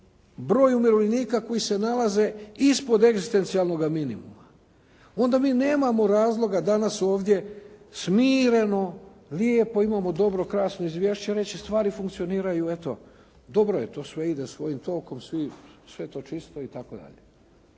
broj umirovljenika koji se nalaze ispod egzistencijalnog minimuma, onda mi nemamo razloga danas ovdje smireno, lijepo, imamo dobro, krasno izvješće i reći stvari funkcioniraju i eto dobro je, to sve ide svojim tokom, sve je to čisto itd.